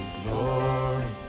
glory